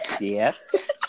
Yes